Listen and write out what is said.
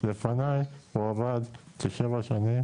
לפניי הוא עבד כשבע שנים